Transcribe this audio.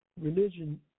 religion